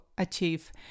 Achieve